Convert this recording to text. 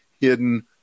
hidden